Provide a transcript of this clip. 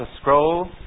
scroll